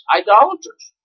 idolaters